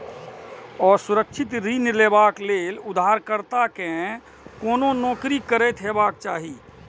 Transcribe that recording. असुरक्षित ऋण लेबा लेल उधारकर्ता कें कोनो नौकरी करैत हेबाक चाही